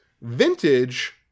vintage